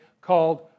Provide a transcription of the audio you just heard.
called